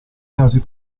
casi